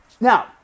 Now